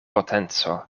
potenco